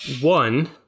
one